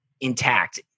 intact